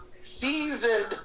seasoned